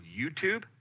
YouTube